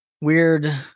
weird